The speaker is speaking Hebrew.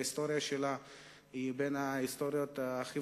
ההיסטוריה שלה היא בין ההיסטוריות הכי